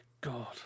God